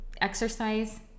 exercise